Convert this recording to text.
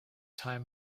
time